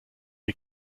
die